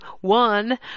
one